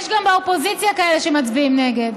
יש גם באופוזיציה כאלה שמצביעים נגד.